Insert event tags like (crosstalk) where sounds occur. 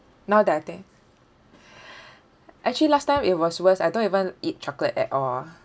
now that I think (breath) actually last time it was worse I don't even l~ eat chocolate at all